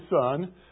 son